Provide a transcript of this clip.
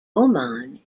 oman